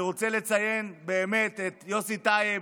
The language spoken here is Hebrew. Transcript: אני רוצה לציין באמת את יוסי טייב,